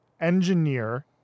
engineer